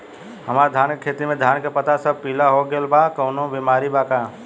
हमर धान के खेती में धान के पता सब पीला हो गेल बा कवनों बिमारी बा का?